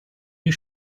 you